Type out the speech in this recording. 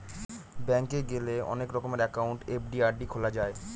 bank গেলে অনেক রকমের একাউন্ট এফ.ডি, আর.ডি খোলা যায়